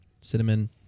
cinnamon